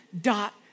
dot